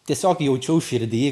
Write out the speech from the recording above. tiesiog jaučiau širdy